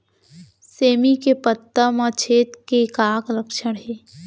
सेमी के पत्ता म छेद के का लक्षण हे?